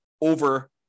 over